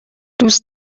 دوست